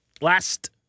last